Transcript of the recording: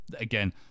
again